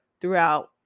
Throughout